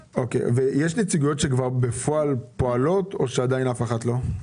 יש נציגויות שכבר בפועל פועלות או עדיין אף אחת לא פועלת?